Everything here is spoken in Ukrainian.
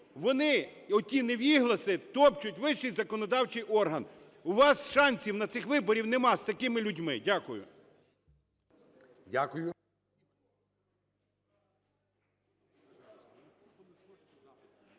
Вони, оті невігласи, топчуть вищий законодавчий орган. У вас шансів на цих виборах нема з такими людьми! Дякую.